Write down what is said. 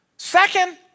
Second